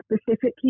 specifically